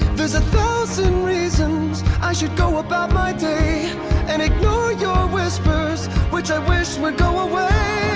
there's a thousand reasons i should go about my day and ignore your whispers which i wish would go away